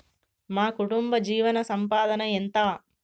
మా కుటుంబ జీవన సంపాదన ఎంత?